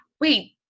Wait